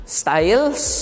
styles